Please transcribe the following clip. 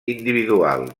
individual